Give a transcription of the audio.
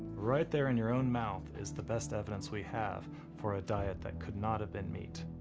right there in your own mouth is the best evidence we have for a diet that could not have been meat.